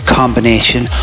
combination